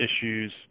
issues